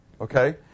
okay